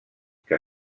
que